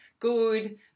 good